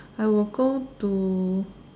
I will go to